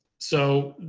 so